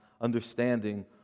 understanding